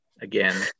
again